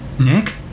Nick